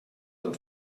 del